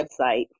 website